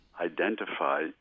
identify